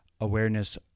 awareness